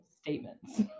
statements